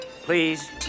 Please